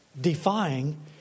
defying